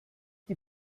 die